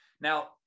Now